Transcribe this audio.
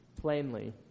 plainly